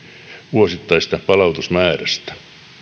vuosittaisesta palautusmäärästä